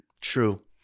True